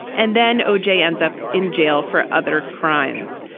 and then o j. ends up in jail for other crimes.